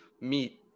meet